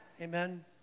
Amen